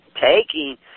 taking